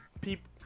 people